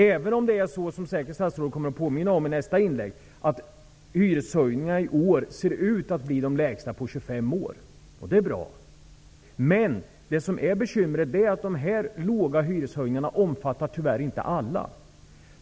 Även om det är så, som statsrådet säkerligen kommer att påminna om i sitt nästa inlägg, att hyreshöjningarna i år ser ut att bli de lägsta på 25 år -- vilket är bra -- är det bekymmersamt att så låga hyreshöjningar inte gäller för alla.